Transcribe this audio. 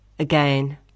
Again